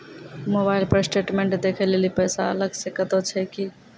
Mobile पर statement देखे लेली पैसा अलग से कतो छै की?